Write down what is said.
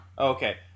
Okay